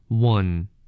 One